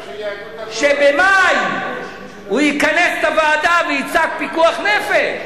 שבמאי הוא ייכנס לוועדה ויצעק: פיקוח נפש.